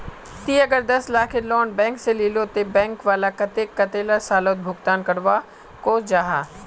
ती अगर दस लाखेर लोन बैंक से लिलो ते बैंक वाला कतेक कतेला सालोत भुगतान करवा को जाहा?